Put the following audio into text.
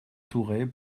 tourret